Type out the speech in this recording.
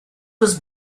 was